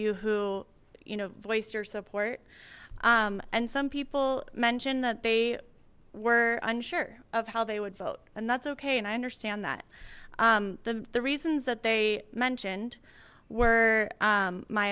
you who you know voiced your support and some people mentioned that they were unsure of how they would vote and that's okay and i understand that the the reasons that they mentioned were